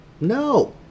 No